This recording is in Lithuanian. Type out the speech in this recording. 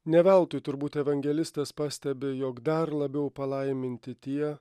ne veltui turbūt evangelistas pastebi jog dar labiau palaiminti tie